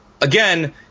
Again